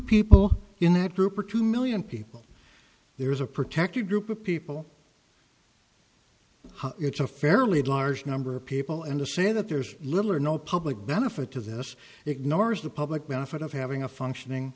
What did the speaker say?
people in that group or two million people there is a protected group of people it's a fairly large number of people and to say that there's little or no public benefit to this ignores the public benefit of having a functioning